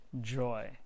joy